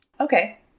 Okay